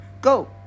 go